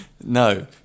No